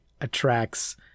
attracts